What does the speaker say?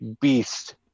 Beast